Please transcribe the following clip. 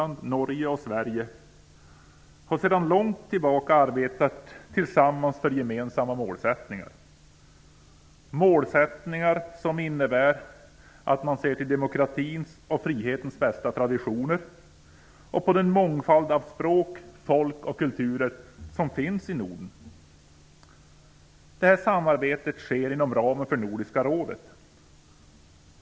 Norge och Sverige har sedan lång tid tillbaka arbetat tillsammans för gemensamma målsättningar - målsättningar som innebär att man ser till demokratins och frihetens bästa traditioner och den mångfald av språk, folk och kulturer som finns i Norden. Detta samarbete sker inom ramen för Nordiska rådet.